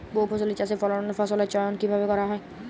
বহুফসলী চাষে ফসলের চয়ন কীভাবে করা হয়?